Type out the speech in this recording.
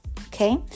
okay